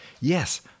Yes